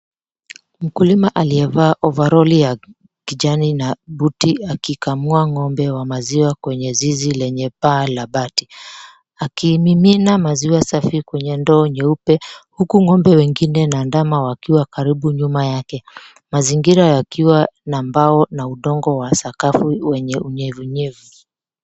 Mkulima aliyevaa overoli ya kijani na boot akikamua ng'ombe wa maziwa kwenye zizi lenye paa la bati, akimimina maziwa safi kwenye ndoo nyeupe huku ng'ombe wengine na ndama wakiwa karibu nyuma yake. Mazingira yakiwa na mbao na udongo wa sakafu wenye unyevunyevu.